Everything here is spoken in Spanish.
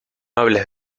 hables